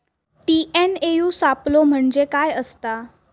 TNAU सापलो म्हणजे काय असतां?